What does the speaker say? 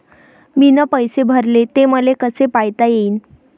मीन पैसे भरले, ते मले कसे पायता येईन?